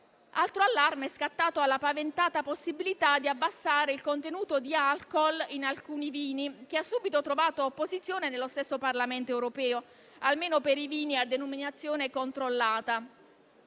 altro allarme è scattato alla paventata possibilità di abbassare il contenuto di alcol in alcuni vini, che ha subito trovato opposizione nello stesso Parlamento europeo, almeno per i vini a denominazione controllata.